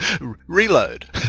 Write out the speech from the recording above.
Reload